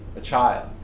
a child,